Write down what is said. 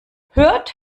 hört